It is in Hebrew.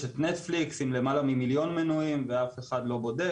יש נטפליקס עם למעלה ממיליון מנויים ואף אחד לא בודק.